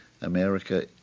America